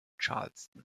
charleston